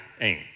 aim